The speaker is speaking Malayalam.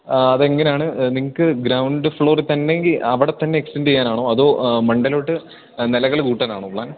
ആ അതെങ്ങനെയാണ് നിങ്ങള്ക്ക് ഗ്രൗണ്ട് ഫ്ലോറില് തന്നേങ്കില് അവിടെ തന്നെ എക്സ്റ്റൻഡെയ്യാനാണോ അതോ മണ്ടേലോട്ട് നിലകൾ കൂട്ടാനാണോ പ്ലാൻ